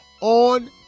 on